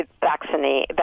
vaccine